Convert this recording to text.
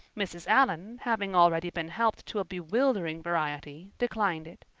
mrs. allan, having already been helped to a bewildering variety, declined it.